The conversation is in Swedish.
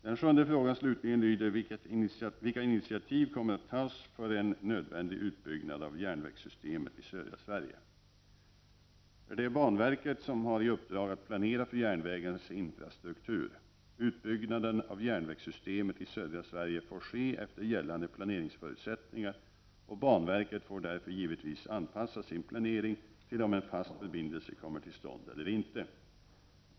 Den sjunde frågan, slutligen, lyder: Vilka initiativ kommer att tas för en nödvändig utbyggnad av järnvägssystemet i södra Sverige? Det är banverket som har i uppdrag att planera för järnvägens infrastruktur. Utbyggnaden av järnvägssystemet i södra Sverige får ske efter gällande planeringsförutsättningar, och banverket får därför givetvis anpassa sin planering till om en fast förbindelse kommer till stånd eller inte.